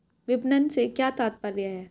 विपणन से क्या तात्पर्य है?